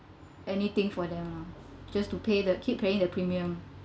anything for them lah just to pay the keep paying the premium